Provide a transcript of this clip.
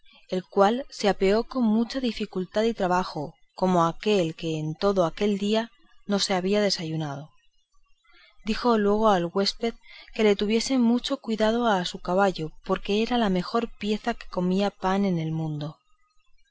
el cual se apeó con mucha dificultad y trabajo como aquel que en todo aquel día no se había desayunado dijo luego al huésped que le tuviese mucho cuidado de su caballo porque era la mejor pieza que comía pan en el mundo